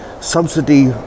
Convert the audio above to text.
subsidy